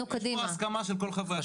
נו קדימה יש פה הסכמה של כל חברי הכנסת